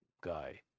guy